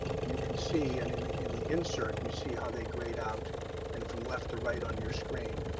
you can see, and in in the insert, you see how they grade out and from left to right on your screen.